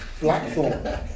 Blackthorn